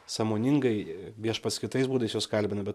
sąmoningai viešpats kitais būdais juos kalbina bet